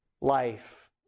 life